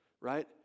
right